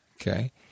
okay